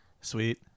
Sweet